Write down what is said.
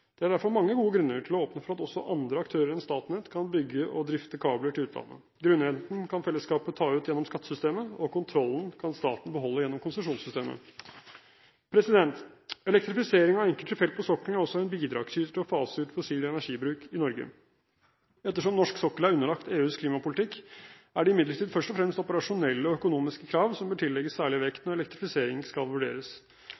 Det er derfor mange gode grunner til å åpne for at også andre aktører enn Statnett kan bygge og drifte kabler til utlandet. Grunnrenten kan fellesskapet ta ut gjennom skattesystemet, og kontrollen kan staten beholde gjennom konsesjonssystemet. Elektrifisering av enkelte felt på sokkelen er også en bidragsyter til å fase ut fossil energibruk i Norge. Ettersom norsk sokkel er underlagt EUs klimapolitikk, er det imidlertid først og fremst operasjonelle og økonomiske krav som bør tillegges særlig